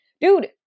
dude